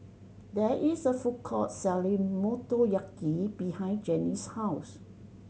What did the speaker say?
there is a food court selling Motoyaki behind Jannie's house